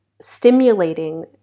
stimulating